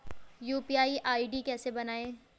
UPI ID कैसे बनाएं?